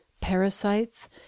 parasites